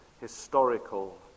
historical